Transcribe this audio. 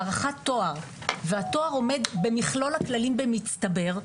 והתואר עומד במכלול הכללים במצטבר.